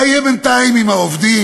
מה יהיה בינתיים עם העובדים?